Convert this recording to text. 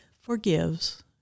forgives